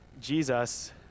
Jesus